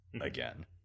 again